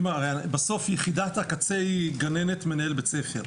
בסוף יחידת הקצה היא גננת, מנהל בית ספר.